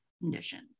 conditions